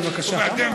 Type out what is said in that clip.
בבקשה.